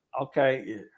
okay